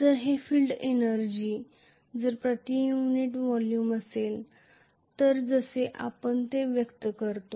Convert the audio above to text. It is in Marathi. जर हे फील्ड एनर्जी जर प्रति युनिट व्हॉल्यूम असेल तर जसे आपण ते व्यक्त करतो